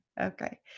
okay